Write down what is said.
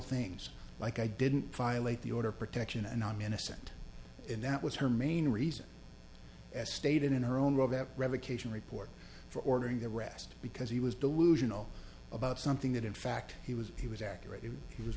things like i didn't violate the order protection and i'm innocent and that was her main reason as stated in her own right that revocation report for ordering the rest because he was delusional about something that in fact he was he was accurate and he was